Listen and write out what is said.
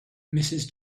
mrs